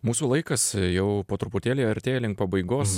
mūsų laikas jau po truputėlį artėja link pabaigos